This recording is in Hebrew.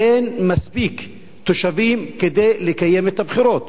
אין מספיק תושבים כדי לקיים את הבחירות.